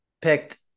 picked